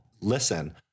Listen